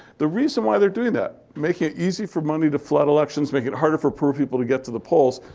the reason why they're doing that, making it easy for money to flood elections, making it harder for poor people to get to the polls,